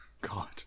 god